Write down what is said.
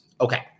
Okay